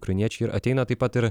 ukrainiečiai ir ateina taip pat ir